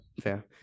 fair